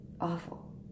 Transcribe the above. awful